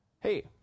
hey